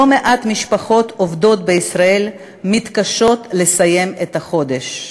לא מעט משפחות עובדות בישראל מתקשות לסיים את החודש,